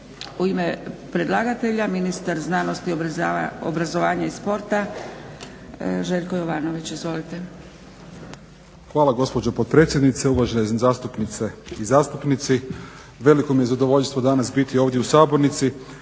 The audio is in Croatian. U ime predlagatelja ministar znanosti i obrazovanja i sporta Željko Jovanović. Izvolite. **Jovanović, Željko (SDP)** Hvala gospođo potpredsjednice. Uvažene zastupnice i zastupnici. Veliko mi je zadovoljstvo danas biti ovdje u sabornici